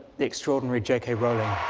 the extraordinary j k. rowling.